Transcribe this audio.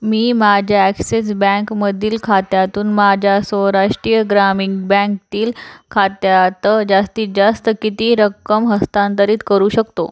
मी माझ्या ॲक्सिस बँकमधील खात्यातून माझ्या सौराष्ट्रीय ग्रामीण बँकतील खात्यात जास्तीत जास्त किती रक्कम हस्तांतरित करू शकतो